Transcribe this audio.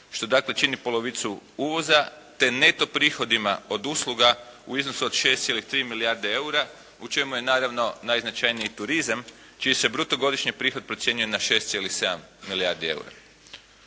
što dakle čini polovicu uvoza te neto prihodima od usluga u iznosu od 6,3 milijarde eura u čemu je naravno najznačajniji turizam čiji se bruto godišnji prihod procjenjuje na 6,7 milijardi eura.